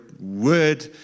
word